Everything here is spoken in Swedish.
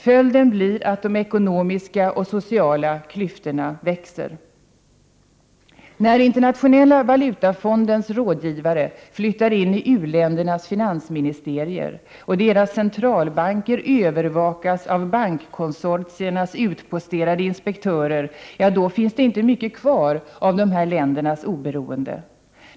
Följden blir att de ekonomiska och sociala klyftorna växer. När den internationella valutafondens rådgivare flyttar in i u-ländernas finansministerier och deras centralbanker övervakas av bankkonsortiernas utposterade inspektörer, ja, då finns det inte mycket kvar av de ländernas oberoende.